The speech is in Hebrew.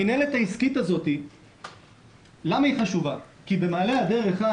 המנהלת העסקית הזו חשובה כי במעלה הדרך היא